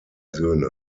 söhne